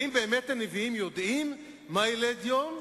האם באמת הנביאים יודעים מה ילד יום?